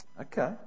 okay